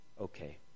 okay